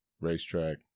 Racetrack